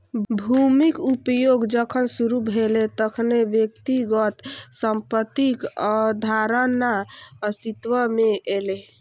भूमिक उपयोग जखन शुरू भेलै, तखने व्यक्तिगत संपत्तिक अवधारणा अस्तित्व मे एलै